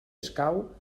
escau